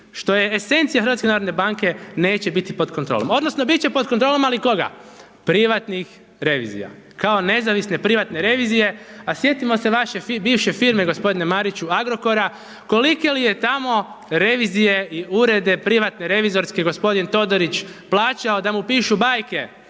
što je esencija HNB-a neće biti pod kontrolom. Odnosno bit će pod kontrolom ali koga, privatnih revizija, kao nezavisne privatne revizije, a sjetimo se vaše bivše firme gospodine Mariću, Agrokora kolike li je tamo revizije i urede privatne revizorske gospodin Todorić plaćao da mu pišu bajke,